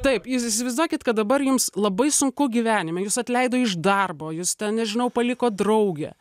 taip jūs įsivaizduokit kad dabar jums labai sunku gyvenime jus atleido iš darbo jus ten nežinau paliko draugė